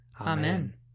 Amen